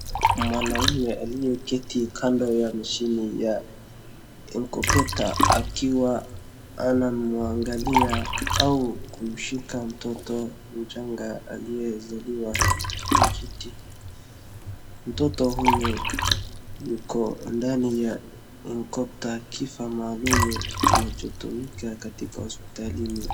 Mwanaume aliyeketi kando ya mashini ya incubator akiangalia au kumshika mtoto mchanga aliye zaliwa, mtoto huyu yuko ndani ya incubator kifaa maluum kinachotumika katika hospitalini.